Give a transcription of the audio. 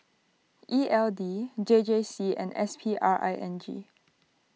E L D J J C and S P R I N G